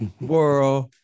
world